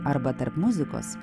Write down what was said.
arba tarp muzikos